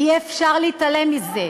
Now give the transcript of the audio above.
אי-אפשר להתעלם מזה.